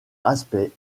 aspect